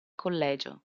collegio